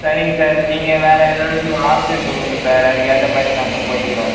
சரிங்க சார் நீங்கள் வேறு ஏதாவது ஆப்ஷன் சொல்லுங்கள் சார் அதுக்கேற்ற மாதிரி நாங்கள் போய்க்கிறோம்